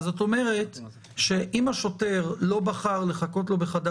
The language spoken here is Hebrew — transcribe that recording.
זאת אומרת שאם השוטר לא בחר לחכות לו בחדר